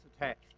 attached